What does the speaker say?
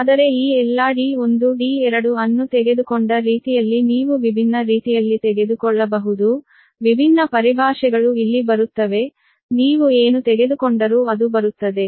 ಆದರೆ ಈ ಎಲ್ಲಾ d1 d2 ಅನ್ನು ತೆಗೆದುಕೊಂಡ ರೀತಿಯಲ್ಲಿ ನೀವು ವಿಭಿನ್ನ ರೀತಿಯಲ್ಲಿ ತೆಗೆದುಕೊಳ್ಳಬಹುದು ವಿಭಿನ್ನ ಪರಿಭಾಷೆಗಳು ಇಲ್ಲಿ ಬರುತ್ತವೆ ನೀವು ಏನು ತೆಗೆದುಕೊಂಡರೂ ಅದು ಬರುತ್ತದೆ